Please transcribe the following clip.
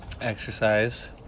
Exercise